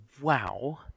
wow